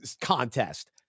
contest